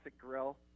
Grill